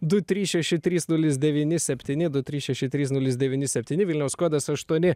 du trys šeši trys nulis devyni septyni du trys šeši trys nulis devyni septyni vilniaus kodas aštuoni